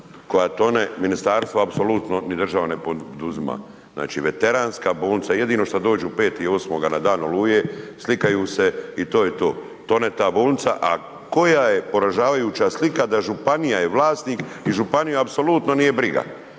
koja tone, ministarstvo apsolutno ni država ne poduzima. Znači veteranska bolnica, jedino što dođu 5.8. na dan Oluje, slikaju se i to je to. Tone ta bolnica, a koja je poražavajuća slika da županija je vlasnik i županiju apsolutno nije briga.